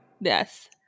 Yes